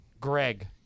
Greg